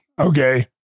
Okay